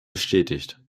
bestätigt